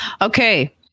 Okay